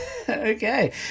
Okay